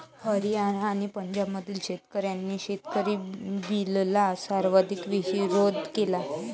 हरियाणा आणि पंजाबमधील शेतकऱ्यांनी शेतकरी बिलला सर्वाधिक विरोध केला